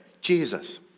Jesus